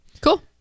Cool